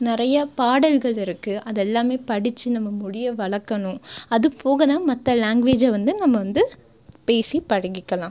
நிறைய பாடல்கள் இருக்குது அது எல்லாமே படித்து நம்ம மொழியை வளர்க்கணும் அதுபோக தான் மற்ற லாங்க்வேஜை வந்து நம்ம வந்து பேசி பழகிக்கலாம்